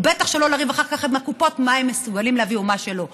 ובטח שלא לריב אחר כך עם הקופות מה הם מסוגלים להביא ומה לא.